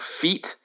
feet